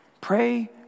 pray